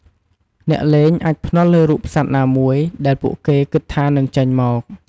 អ្នកលេងអាចភ្នាល់លើរូបសត្វណាមួយដែលពួកគេគិតថានឹងចេញមក។